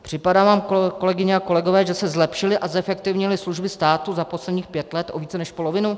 Připadá vám, kolegyně a kolegové, že se zlepšily a zefektivnily služby státu za posledních pět let o více než polovinu?